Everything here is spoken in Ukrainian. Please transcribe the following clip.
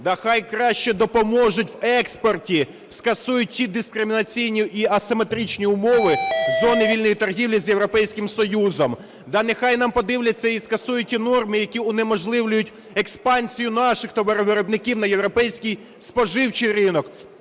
Та хай краще допоможуть в експорті, скасують ті дискримінаційні і асиметричні умови зони вільної торгівлі з Європейським Союзом. Та нехай нам подивляться і скасують ті норми, які унеможливлюють експансію наших товаровиробників на європейський споживчий ринок.